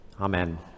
Amen